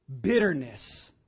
Bitterness